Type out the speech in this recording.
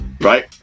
Right